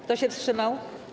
Kto się wstrzymał?